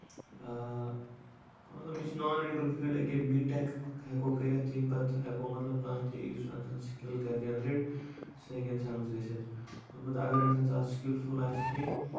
آ مطلب مےٚ چھُ نان میڈِکل فیٖلڈ ییٚکے بی ٹیک ہٮ۪کو کٔرِتھ تَمہِ پَتہٕ ہٮ۪کَو مطلب کانہہ تہِ یُس اَمہِ ساتہٕ سِکِل کرِ جینریٹ سُہ ہیٚکہِ اِنسانَس گژھِتھ اَلبتہہ اَگر اِنسانَس آز سِکِلفُل آسہِ کیٚنہہ